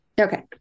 Okay